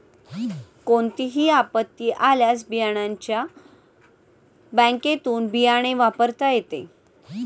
कोणतीही आपत्ती आल्यास बियाण्याच्या बँकेतुन बियाणे वापरता येते